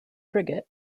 frigate